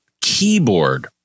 keyboard